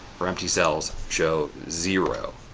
for empty cells show zero,